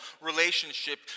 relationship